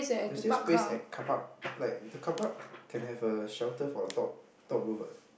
there's this space at carpark like the carpark can have a shelter for the top top roof what